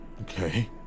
Okay